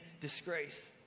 disgrace